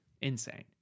Insane